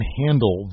handle